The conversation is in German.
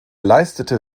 leistete